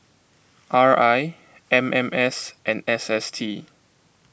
R I M M S and S S T